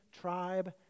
tribe